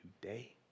today